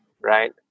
right